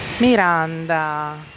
Miranda